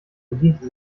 bediente